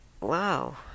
wow